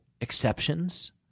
exceptions